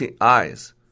eyes